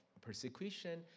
persecution